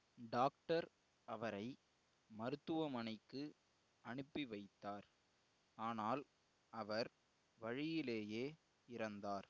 doctor அவரை மருத்துவமனைக்கு அனுப்பி வைத்தார் ஆனால் அவர் வழியிலேயே இறந்தார்